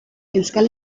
euskal